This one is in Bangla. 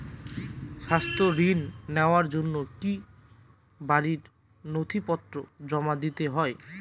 স্বাস্থ্য ঋণ নেওয়ার জন্য কি বাড়ীর নথিপত্র জমা দিতেই হয়?